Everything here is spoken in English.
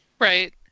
right